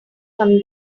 from